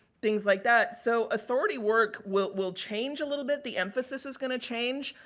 things like that. so, authority work will will change a little bit, the emphasis is going to change.